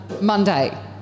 Monday